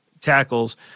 tackles